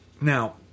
Now